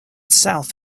south